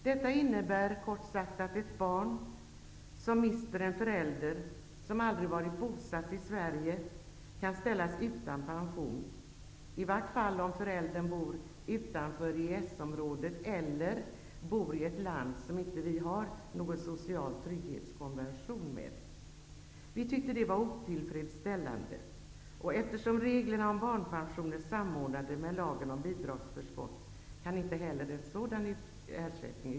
Detta innebär kort sagt att ett barn som mister en förälder som aldrig varit bosatt i Sverige kan ställas utan pension, i varje fall om föräldern bor utanför EES-området eller bor i ett land som vi inte har någon konvention om social trygghet med. Vi tyckte att det var otillfredsställande. Eftersom reglerna om barnpension är samordnade med lagen om bidragsförskott kan inte heller en sådan ersättning utges.